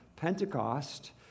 Pentecost